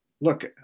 Look